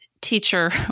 teacher